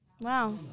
Wow